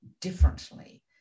differently